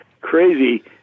crazy